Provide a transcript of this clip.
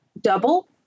double